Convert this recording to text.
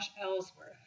Ellsworth